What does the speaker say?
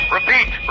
Repeat